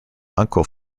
uncle